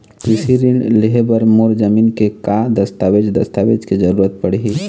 कृषि ऋण लेहे बर मोर जमीन के का दस्तावेज दस्तावेज के जरूरत पड़ही?